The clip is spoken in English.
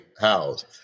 house